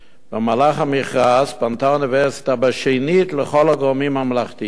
במהלך המכרז פנתה האוניברסיטה שנית לכל הגורמים הממלכתיים,